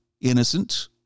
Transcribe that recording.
innocent